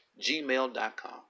gmail.com